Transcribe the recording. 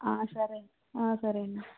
సరే సరే అన్నా